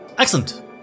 Excellent